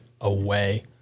away